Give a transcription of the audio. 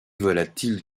volatil